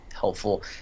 helpful